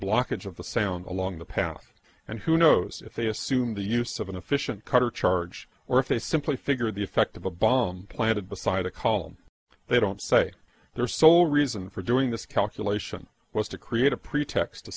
blockage of the sound along the path and who knows if they assumed the use of an efficient cutter charge or if they simply figured the effect of a bomb planted beside a column they don't say their sole reason for doing this calculation was to create a pretext to